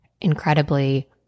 incredibly